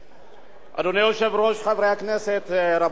אדוני היושב-ראש, חברי הכנסת, רבותי השרים,